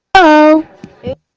oh it